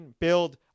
build